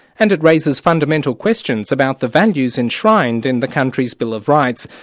and it raises fundamental questions about the values enshrined in the country's bill of rights.